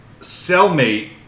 cellmate